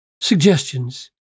suggestions